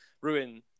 ruin